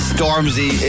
Stormzy